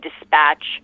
dispatch